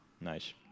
Nice